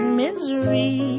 misery